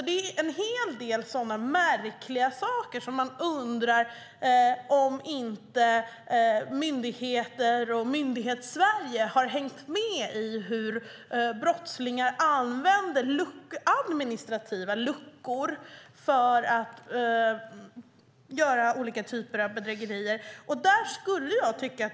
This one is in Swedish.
Det finns en hel del sådana märkliga saker som gör att man undrar om myndigheter och Myndighetssverige inte har hängt med i hur brottslingar använder administrativa luckor för att göra olika typer av bedrägerier.